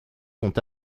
sont